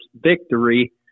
victory